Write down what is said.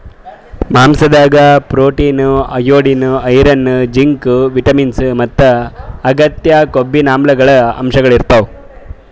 ಮಾಂಸಾದಾಗ್ protein, iodine, iron, zinc, vitamins ಮತ್ತ್ ಅಗತ್ಯ ಕೊಬ್ಬಿನಾಮ್ಲಗಳ್ ಅಂಶಗಳ್ ಇರ್ತವ್